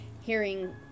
hearing